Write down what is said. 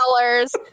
dollars